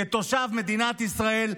כתושב מדינת ישראל,